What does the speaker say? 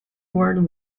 world